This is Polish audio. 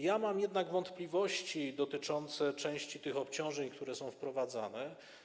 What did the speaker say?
Ja mam jednak wątpliwości dotyczące części tych obciążeń, które są wprowadzane.